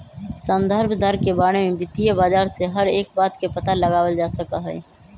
संदर्भ दर के बारे में वित्तीय बाजार से हर एक बात के पता लगावल जा सका हई